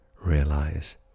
realize